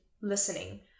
listening